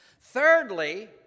Thirdly